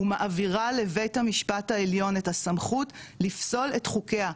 ומעבירה לבית המשפט העליון את הסמכות לפסול את חוקיה,